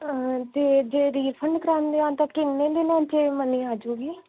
ਅਤੇ ਜੇ ਰੀਫੰਡ ਕਰਵਾਉਂਦੇ ਹਾਂ ਤਾਂ ਕਿੰਨੇ ਦਿਨਾਂ 'ਚ ਮਨੀ ਆ ਜੂਗੀ